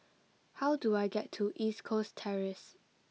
how do I get to East Coast Terrace